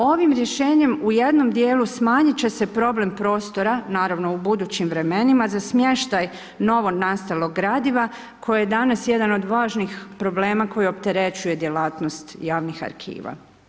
Ovim rješenjem u jednom dijelu smanjit će se problem prostora, naravno u budućim vremenima za smještaj novonastalog gradiva koji je danas jedan od važnih problema koji opterećuje djelatnost javnih arhiva.